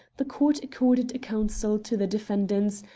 the court accorded a counsel to the defendants,